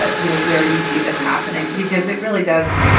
but you know, where you see this happening, because it really does.